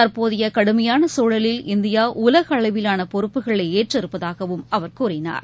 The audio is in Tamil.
தற்போதையகடுமையானகுழலில் இந்தியாஉலகஅளவிலானபொறுப்புகளைஏற்றிருப்பதாகவும் அவர் கூறினார்